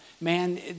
man